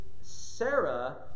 Sarah